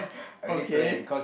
okay